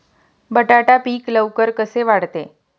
बटाटा पीक लवकर कसे वाढते?